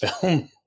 film